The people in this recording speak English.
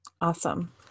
awesome